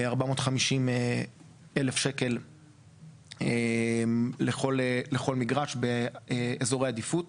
450,000 שקלים לכל מגרש באזורי עדיפות.